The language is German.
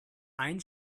ein